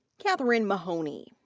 catherine mahoney.